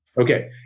Okay